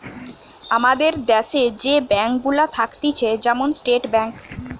আমাদের দ্যাশে যে ব্যাঙ্ক গুলা থাকতিছে যেমন স্টেট ব্যাঙ্ক